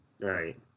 Right